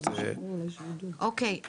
אוקיי,